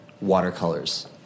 watercolors